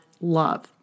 love